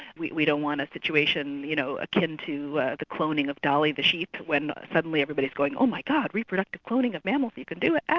we we don't want a situation you know akin to the cloning of dolly the sheep when suddenly everybody is going oh my god, reproductive cloning of mammals, you can do it, ah!